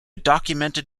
documented